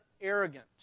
arrogance